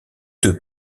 deux